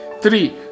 Three